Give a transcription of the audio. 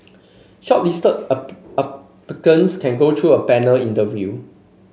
shortlisted can go through a panel interview